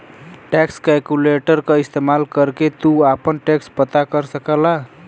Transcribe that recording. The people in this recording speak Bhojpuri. टैक्स कैलकुलेटर क इस्तेमाल करके तू आपन टैक्स पता कर सकला